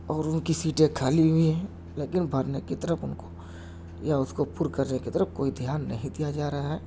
اور ان کی سیٹیں خالی ہوئی ہیں لیکن بھرنے کی طرف ان کو یا اس کو پر کرنے کی طرف کوئی دھیان نہیں دیا جا رہا ہے